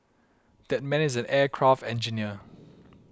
that man is an aircraft engineer